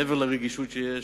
מעבר לרגישות שיש,